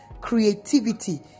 creativity